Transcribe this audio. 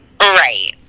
right